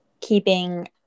keeping